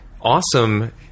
awesome